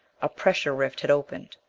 a pressure rift had opened.